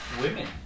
women